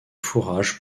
fourrage